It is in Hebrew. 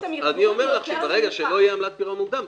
--- אני אומר לך שברגע שלא תהיה עמלת פירעון מוקדם,